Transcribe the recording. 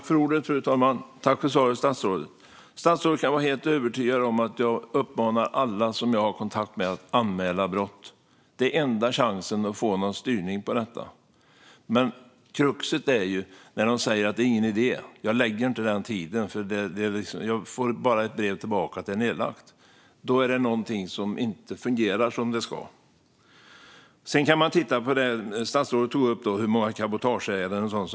Fru talman! Tack för svaret, statsrådet! Statsrådet kan vara helt övertygad om att jag uppmanar alla som jag har kontakt med att anmäla brott. Det är enda chansen att få någon styrning på detta. Kruxet är när de säger att det inte är någon idé att lägga ned den tiden därför att de bara får ett brev tillbaka om att det är nedlagt. Då är det något som inte fungerar som det ska. Statsrådet tog upp hur många cabotageärenden som finns.